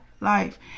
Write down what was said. life